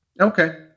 Okay